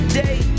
day